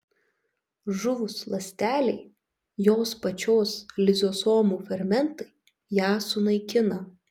žuvus ląstelei jos pačios lizosomų fermentai ją sunaikina